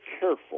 careful